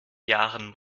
jahren